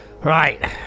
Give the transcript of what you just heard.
Right